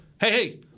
hey